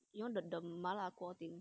you know the the 麻辣锅 thing